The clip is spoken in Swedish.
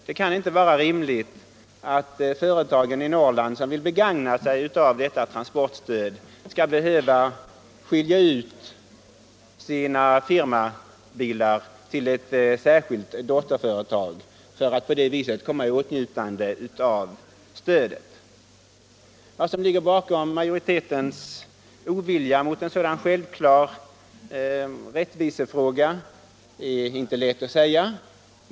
Det kan inte vara rimligt att företag i Norrland, som vill begagna sig av detta transportstöd, skall behöva föra över sina firmabilar till ett särskilt dotterföretag för att på det viset komma i åtnjutande av stödet. Vad som ligger bakom majoritetens ovilja mot ett sådant självklart rättvisekrav är inte lätt att säga.